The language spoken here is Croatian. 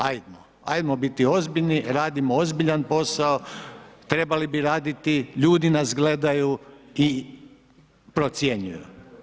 Ajmo biti ozbiljni, radimo ozbiljan posao, trebali bi raditi, ljudi nas gledaju i procjenjuju.